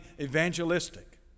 evangelistic